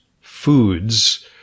foods